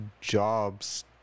jobs